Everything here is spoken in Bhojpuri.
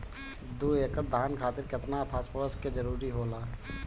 दु एकड़ धान खातिर केतना फास्फोरस के जरूरी होला?